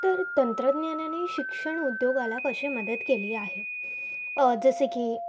तर तंत्रज्ञानाने शिक्षण उद्योगाला कशी मदत केली आहे जसे की